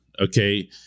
okay